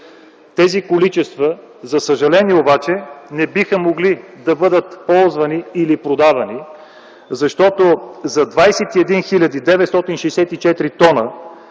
Тези количества, за съжаление обаче, не биха могли да бъдат ползвани или продавани, защото 21 хил. 964 т